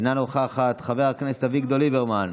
אינה נוכחת, חבר הכנסת אביגדור ליברמן,